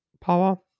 power